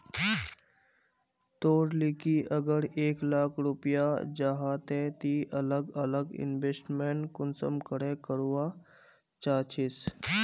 तोर लिकी अगर एक लाख रुपया जाहा ते ती अलग अलग इन्वेस्टमेंट कुंसम करे करवा चाहचिस?